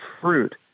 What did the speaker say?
fruit